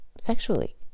sexually